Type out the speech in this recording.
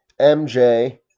MJ